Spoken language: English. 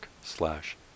slash